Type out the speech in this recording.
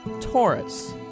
Taurus